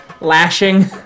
lashing